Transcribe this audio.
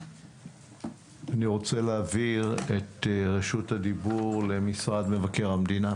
אני רוצה להעביר את רשות הדיבור למשרד מבקר המדינה,